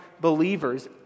believers